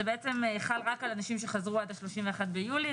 זה בעצם חל רק על אנשים שחזרו עד ל-31 ביולי.